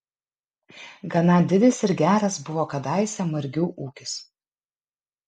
gana didis ir geras buvo kadaise margių ūkis